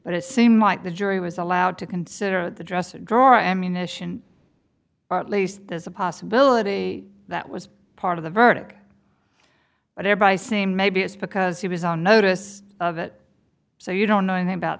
but it seemed like the jury was allowed to consider the dresser drawer ammunition at least as a possibility that was part of the verdict but i by saying maybe it's because he was on notice of it so you don't know anything about